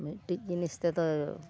ᱢᱤᱫᱴᱤᱡ ᱡᱤᱱᱤᱥ ᱛᱮᱫᱚ